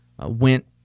went